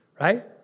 Right